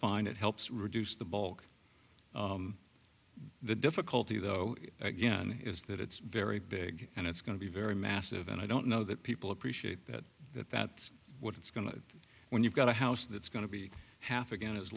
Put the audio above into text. fine it helps reduce the bulk the difficulty though again is that it's very big and it's going to be very massive and i don't know that people appreciate that that that's what it's going to when you've got a house that's going to be half again as